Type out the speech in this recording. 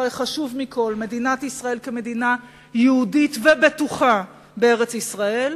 החשוב מכול: מדינת ישראל כמדינה יהודית ובטוחה בארץ-ישראל.